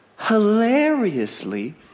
hilariously